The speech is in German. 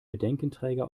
bedenkenträger